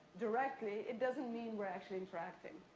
directly, it doesn't mean we're actually interacting.